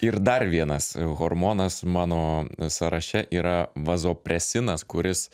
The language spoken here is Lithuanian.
ir dar vienas hormonas mano sąraše yra vazopresinas kuris